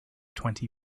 twenty